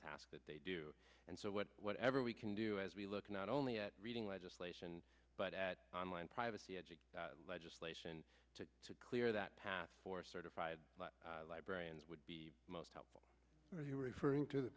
task that they do and so what whatever we can do as we look not only at reading legislation but at online privacy edging legislation to clear that path for certified librarians would be most helpful if you were referring to the